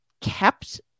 kept